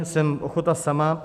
Jsem ochota sama.